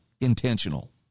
intentional